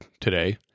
today